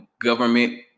government